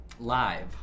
live